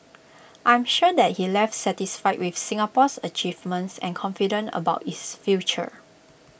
I'm sure that he left satisfied with Singapore's achievements and confident about its future